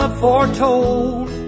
foretold